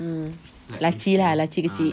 mm laci lah laci kecil